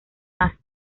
más